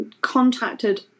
contacted